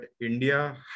India